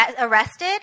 arrested